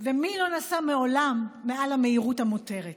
ומי לא נסע מעולם מעל המהירות המותרת?